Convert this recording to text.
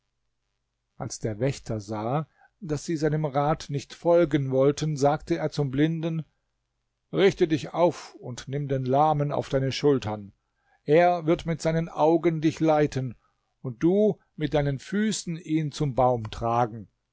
als der wächter sah daß sie seinem rat nicht folgen wollten sagte er zum blinden richte dich auf und nimm den lahmen auf deine schultern er wird mit seinen augen dich leiten und du mit deinen füßen ihn zum baum tragen